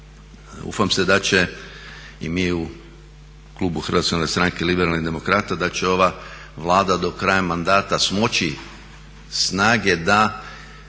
Ufam se da će i mi u klubu Hrvatske narodne stranke-Liberalnih demokrata da će ova Vlada do kraja mandata smoći snage da